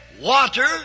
water